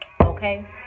Okay